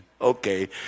Okay